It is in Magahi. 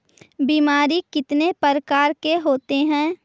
बीमारी कितने प्रकार के होते हैं?